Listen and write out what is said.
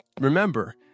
remember